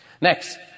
Next